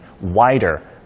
wider